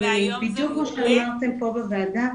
בדיוק כמו שאמרתם פה בוועדה,